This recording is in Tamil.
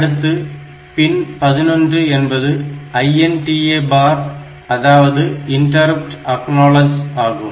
அடுத்து பின் 11 என்பது INTA பார் ஆகும்